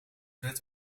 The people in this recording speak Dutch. werd